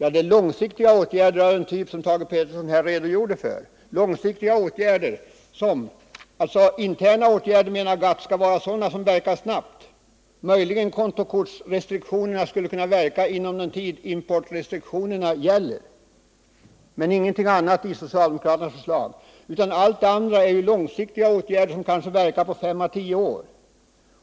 Jo, man har föreslagit långsiktiga åtgärder av den typ som Thage Peterson redogjorde för. Interna åtgärder skall emellertid vara sådana, menar GATT, som verkar snabbt. Möjligen skulle kontokortsrestriktionerna verka under den tid importrestriktionerna gäller, men de är obetydliga i sammanhanget. Ingenting annat i socialdemokraternas förslag är av denna karaktär, utan alla de andra åtgärderna är långsiktiga, de verkar på fem eller tio år